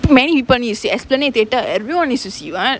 many people need to see esplanade theatre everyone needs to see [what]